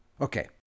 Okay